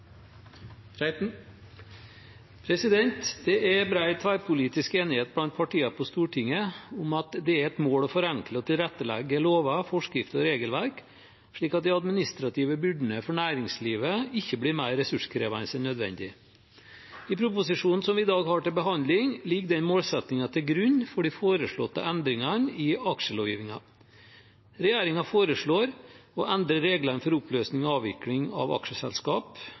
tverrpolitisk enighet blant partiene på Stortinget om at det er et mål å forenkle og tilrettelegge lover, forskrifter og regelverk slik at de administrative byrdene for næringslivet ikke blir mer ressurskrevende enn nødvendig. I proposisjonen som vi i dag har til behandling, ligger den målsettingen til grunn for de foreslåtte endringene i aksjelovgivningen. Regjeringen foreslår å endre reglene for oppløsning og avvikling av aksjeselskap,